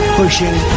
pushing